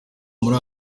muri